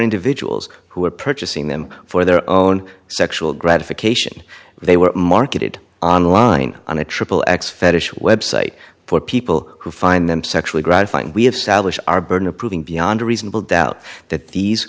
individuals who were purchasing them for their own sexual gratification they were marketed online on a triple x fetish website for people who find them sexually gratifying we have salish our burden of proving beyond a reasonable doubt that these